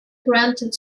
granted